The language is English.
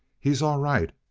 he's all right.